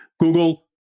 google